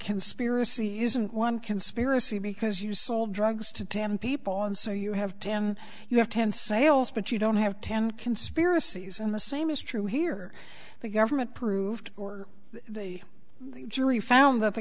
conspiracy isn't one conspiracy because you sold drugs to tamp people and so you have ten you have ten sales but you don't have ten conspiracies and the same is true here the government proved or the jury found that the